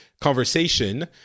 conversation